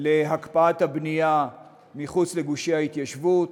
הקפאת הבנייה מחוץ לגושי ההתיישבות,